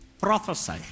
prophesy